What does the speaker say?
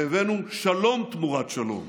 והבאנו שלום תמורת שלום